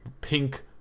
pink